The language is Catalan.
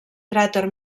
cràter